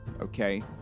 okay